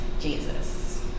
Jesus